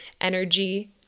energy